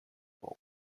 goals